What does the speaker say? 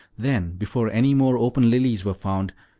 then, before any more open lilies were found,